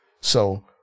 So-